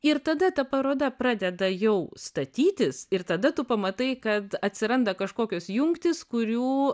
ir tada ta paroda pradeda jau statytis ir tada tu pamatai kad atsiranda kažkokios jungtys kurių